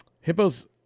Hippos